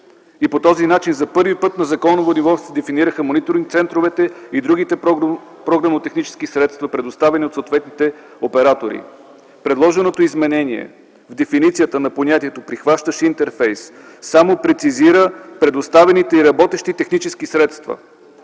и по този начин за първи път на законово ниво се дефинираха мониторинг центровете и другите програмно-технически средства, предоставени от съответните оператори. Предложеното изменение в дефиницията на понятието „прихващащ интерфейс” само прецизира предоставените и работещи технически средства,